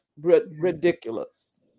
ridiculous